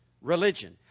religion